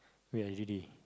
wait ah you ready